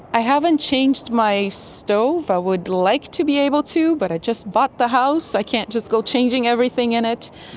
i haven't changed my stove. i would like to be able to but i just bought the house, i can't just go changing everything in it.